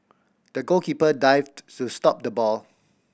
the goalkeeper dived to stop the ball